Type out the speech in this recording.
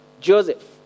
Joseph